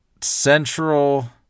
Central